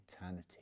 eternity